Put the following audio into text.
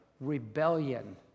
rebellion